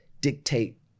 dictate